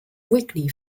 whitney